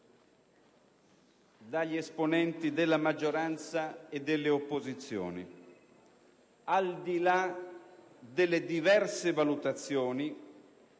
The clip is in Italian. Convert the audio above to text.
dagli esponenti della maggioranza e delle opposizioni. Al di là delle diverse valutazioni,